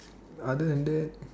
other than that